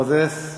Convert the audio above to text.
מוזס,